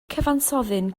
cyfansoddyn